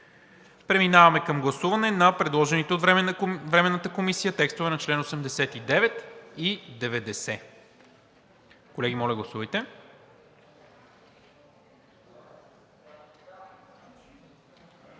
Преминаваме към гласуване на предложените от Временната комисия текстове на членове 89 и 90. Гласували